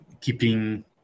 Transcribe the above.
keeping